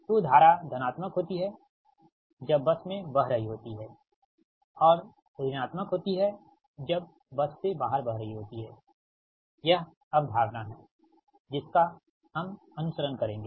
तो धारा धनात्मक होती है जब बस में बह रही होती है और ऋणात्मक होती है जब बस से बाहर बह रही होती है यह अवधारणा है जिसका हम अनुसरण करेंगे